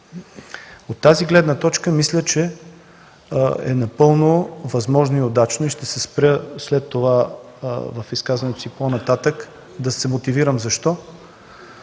От тази гледна точка мисля, че е напълно възможно и удачно, и ще се спра в изказването си по-нататък – да се мотивирам защо